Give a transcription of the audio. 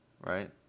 Right